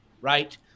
right